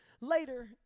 later